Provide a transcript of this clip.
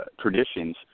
traditions